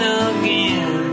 again